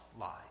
lie